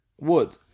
wood